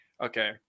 okay